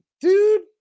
dude